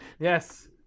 Yes